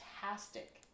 fantastic